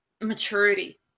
maturity